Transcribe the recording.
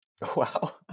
Wow